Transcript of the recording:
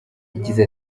yagize